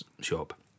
shop